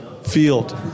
Field